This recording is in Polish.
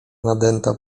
nadęta